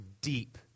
deep